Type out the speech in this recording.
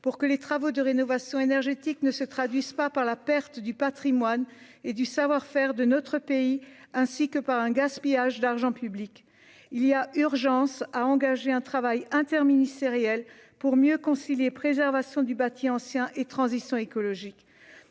pour que les travaux de rénovation énergétique ne se traduise pas par la perte du Patrimoine et du savoir-faire de notre pays, ainsi que par un gaspillage d'argent public, il y a urgence à engager un travail interministériel pour mieux concilier préservation du bâti ancien et transition écologique,